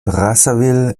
brazzaville